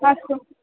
अस्तु